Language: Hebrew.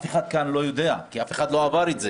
אף אחד כאן לא יודע כי אף אחד לא עבר את זה.